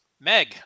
Meg